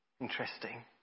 Interesting